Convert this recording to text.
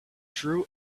drew